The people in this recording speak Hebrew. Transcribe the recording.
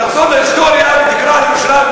תחזור להיסטוריה ותקרא על ירושלים,